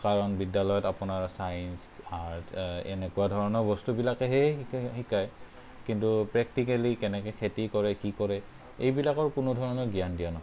কাৰণ বিদ্যালয়ত আপোনাৰ ছাইন্স আৰ্টছ এনেকুৱা ধৰণৰ বস্তুবিলাকহে শিকে শিকায় কিন্তু প্ৰেক্টিকেলী কেনেকৈ খেতি কৰে কি কৰে এইবিলাকৰ কোনো ধৰণৰ জ্ঞান দিয়া নহয়